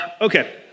Okay